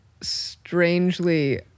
strangely